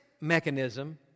mechanism